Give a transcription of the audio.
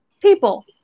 people